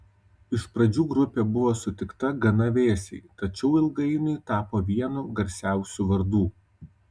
iš pradžių grupė buvo sutikta gana vėsiai tačiau ilgainiui tapo vienu garsiausių vardų